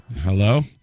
Hello